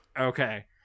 Okay